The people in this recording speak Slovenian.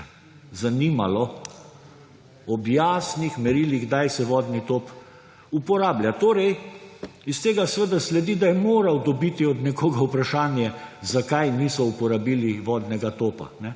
zanimalo?! Ob jasnih merilih, kdaj se vodni top uporablja. Torej, iz tega seveda sledi, da je moral dobiti od nekoga vprašanje, zakaj niso uporabili vodnega topa.